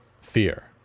fear